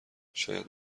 شاید